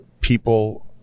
people